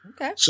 Okay